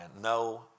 no